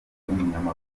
umunyamabanga